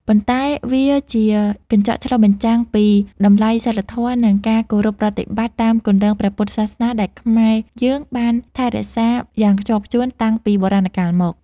ប៉ុន្តែវាជាកញ្ចក់ឆ្លុះបញ្ចាំងពីតម្លៃសីលធម៌ និងការគោរពប្រតិបត្តិតាមគន្លងព្រះពុទ្ធសាសនាដែលខ្មែរយើងបានថែរក្សាយ៉ាងខ្ជាប់ខ្ជួនតាំងពីបុរាណកាលមក។